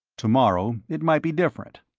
tomorrow it might be different.